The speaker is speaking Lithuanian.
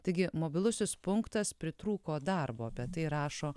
taigi mobilusis punktas pritrūko darbo apie tai rašo